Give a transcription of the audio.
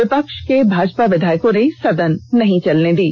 विपक्ष के भाजपा विधायकों ने सदन नहीं चलने दी